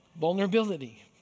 Vulnerability